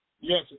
Yes